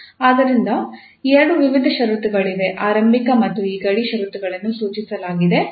ಆದ್ದರಿಂದ ಎರಡು ವಿಧದ ಷರತ್ತುಗಳಿವೆ ಆರಂಭಿಕ ಮತ್ತು ಈ ಗಡಿ ಷರತ್ತುಗಳನ್ನು ಸೂಚಿಸಲಾಗಿದೆ